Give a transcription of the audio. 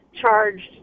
charged